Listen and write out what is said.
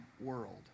world